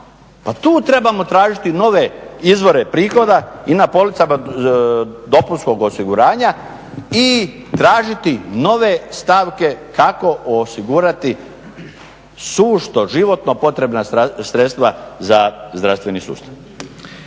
Pa tu trebamo tražiti nove izvore prihoda i na policama dopunskog osiguranja i tražiti nove stavke kako osigurati sušto, životno potrebna sredstva za zdravstveni sustav.